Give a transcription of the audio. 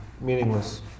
meaningless